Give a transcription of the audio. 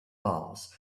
balls